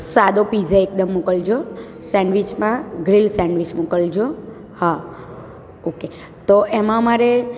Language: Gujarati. સાદો પીઝા એકદમ મોકલજો સેન્ડવીચમાં ગ્રીલ સેન્ડવીચ મોકલજો હા ઓકે તો એમાં મારે